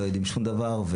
לא יודעים שום דבר,